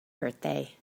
birthday